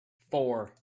four